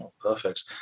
Perfect